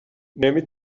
نمی